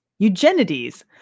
Eugenides